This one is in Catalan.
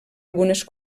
algunes